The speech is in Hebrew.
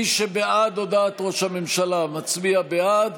מי שבעד הודעת ראש הממשלה מצביע בעד.